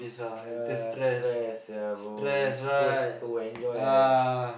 ya stress sia bro we supposed to enjoy eh